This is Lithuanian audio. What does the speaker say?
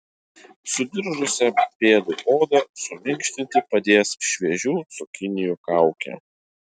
sudiržusią pėdų odą suminkštinti padės šviežių cukinijų kaukė